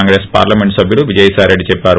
Congress parliament సభ్యుడు విజయసాయిరెడ్డి చెప్పారు